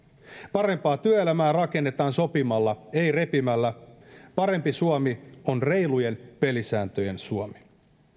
parempaa työelämää rakennetaan sopimalla ei repimällä parempi suomi on reilujen pelisääntöjen suomi